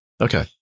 Okay